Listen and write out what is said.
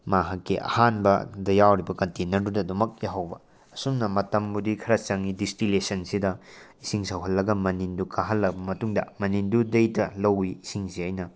ꯃꯍꯥꯛꯀꯤ ꯑꯍꯥꯟꯕꯗ ꯌꯥꯎꯔꯤꯕ ꯀꯟꯇꯦꯟꯅꯔꯗꯨꯗ ꯑꯗꯨꯃꯛ ꯌꯥꯎꯍꯧꯕ ꯑꯁꯨꯝꯅ ꯃꯇꯝꯕꯨꯗꯤ ꯈꯔ ꯆꯪꯏ ꯗꯤꯁꯇꯤꯂꯦꯁꯟꯖꯤꯗ ꯏꯁꯤꯡ ꯁꯧꯍꯜꯂꯒ ꯃꯅꯤꯟꯗꯣ ꯀꯥꯍꯜꯂꯕ ꯃꯇꯨꯡꯗ ꯃꯅꯤꯟꯗꯨꯗꯩꯗ ꯂꯧꯏ ꯏꯁꯤꯡꯁꯦ ꯑꯩꯅ